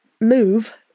move